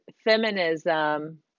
feminism